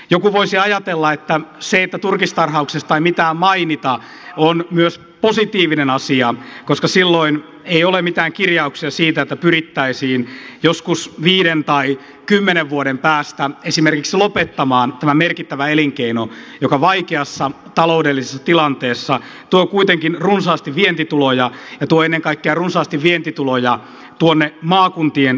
joku voisi ajatella että se että turkistarhauksesta ei mitään mainita on myös positiivinen asia koska silloin ei ole mitään kirjauksia siitä että pyrittäisiin joskus viiden tai kymmenen vuoden päästä esimerkiksi lopettamaan tämä merkittävä elinkeino joka vaikeassa taloudellisessa tilanteessa tuo kuitenkin runsaasti vientituloja ja tuo ennen kaikkea runsaasti vientituloja tuonne maakuntien suomeen